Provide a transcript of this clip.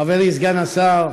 חברי סגן השר,